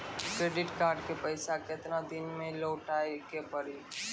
Credit card के पैसा केतना दिन मे लौटाए के पड़ी?